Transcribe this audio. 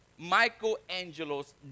Michelangelo's